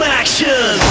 action